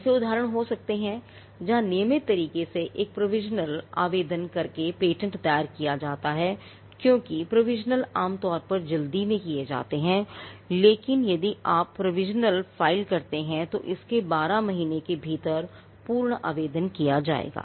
ऐसे उदाहरण हो सकते हैं जहां नियमित तरीके से एक प्रोविजनल आवेदन करके पेटेंट दायर किया जाता है क्योंकि प्रोविजनल आमतौर पर जल्दी में दर्ज किए जाते हैं लेकिन यदि आप प्रोविजनल फाइल करते हैं तो इसके 12 महीने के समय के भीतर पूर्ण आवेदन किया जाएगा